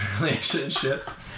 relationships